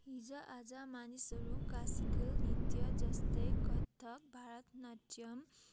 हिजोआज मानिसहरू क्लासिकल नृत्यहरू जस्तै कथक भरतनाट्यम